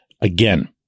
again